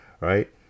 right